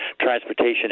transportation